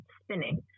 spinning